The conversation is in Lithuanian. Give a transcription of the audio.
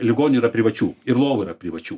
ligonių yra privačių ir lovų yra privačių